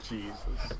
Jesus